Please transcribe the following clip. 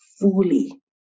fully